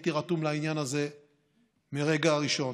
הייתי רתום לעניין הזה מהרגע הראשון.